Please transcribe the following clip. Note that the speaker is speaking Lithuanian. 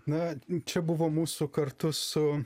na čia buvo mūsų kartu su